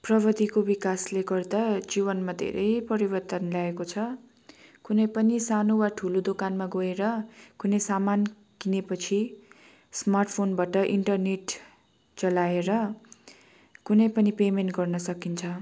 प्रविधिको विकासले गर्दा जीवनमा धेरै परिवर्तन ल्याएको छ कुनै पनि सानो वा ठुलो दोकानमा गएर कुनै सामान किनेपछि स्मार्ट फोनबाट इन्टरनेट चलाएर कुनै पनि पेमन्ट गर्न सकिन्छ